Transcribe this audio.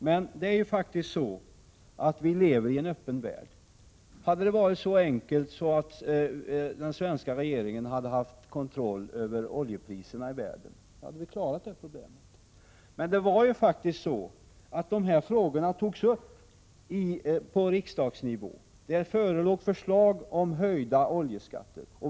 Men vi lever faktiskt i en öppen värld. Hade det varit så enkelt att den svenska regeringen hade haft kontroll över oljepriserna i världen, hade vi klarat problemet. De här frågorna togs upp på riksdagsnivå, och det förelåg förslag om höjda oljeskatter.